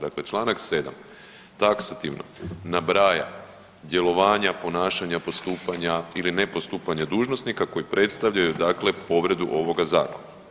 Dakle, čl. 7. taksativno nabraja djelovanja, ponašanja, postupanja ili ne postupanja dužnosnika koji predstavljaju dakle povredu ovoga zakona.